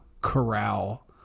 corral